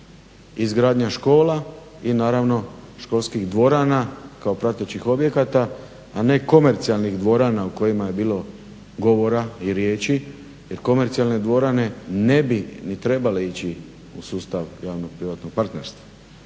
izgradnja škola i naravno školskih dvorana, kao pratećih objekata, a ne komercijalnih dvorana u kojima je bilo govora i riječi, jer komercijalne dvorane ne bi ni trebale ići u sustav javnog-privatnog partnerstva.